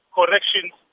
corrections